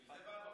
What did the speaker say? איזה?